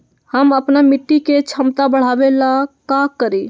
हम अपना मिट्टी के झमता बढ़ाबे ला का करी?